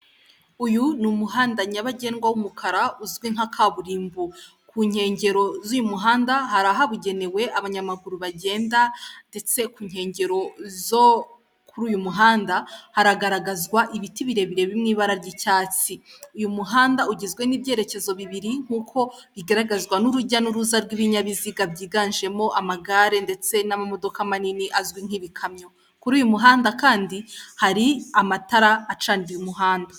Uyu ni umuhanda nyabagendwa w'umukara uzwi nka kaburimbo, ku nkengero z'uyu muhanda hari ahabugenewe abanyamaguru bagenda, ndetse ku nkengero zo kuri uyu muhanda haragaragazwa ibiti birebire biri mu ibara ry'icyatsi, uyu muhanda ugizwe n'ibyerekezo bibiri nk'uko bigaragazwa n'urujya n'uruza rw'ibinyabiziga byiganjemo amagare ndetse n'amamodoka manini azwi nk'ibikamyo, kuri uyu muhanda kandi hari amatara acaniye umuhanda.